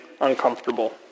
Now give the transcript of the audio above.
uncomfortable